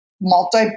multi